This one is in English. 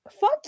Fuck